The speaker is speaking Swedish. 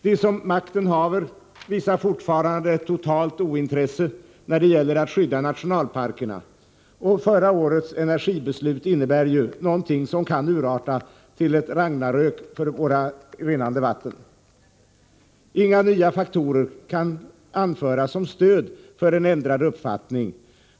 De som makten haver visar fortfarande ett totalt ointresse när det gäller att skydda nationalparkerna, och förra årets energibeslut innebär ju något som kan urarta till ett Ragnarök för våra rinnande vatten. Inga nya faktorer kan anföras som stöd för en ändrad uppfattning.